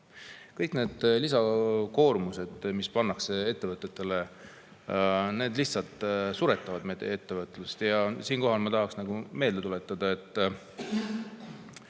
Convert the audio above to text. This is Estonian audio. Kõik need lisakoormused, mis pannakse ettevõtetele, lihtsalt suretavad ettevõtlust. Siinkohal ma tahan meelde tuletada, et